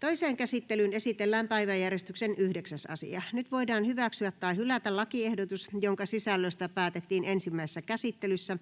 Toiseen käsittelyyn esitellään päiväjärjestyksen 8. asia. Nyt voidaan hyväksyä tai hylätä lakiehdotukset, joiden sisällöstä päätettiin ensimmäisessä käsittelyssä.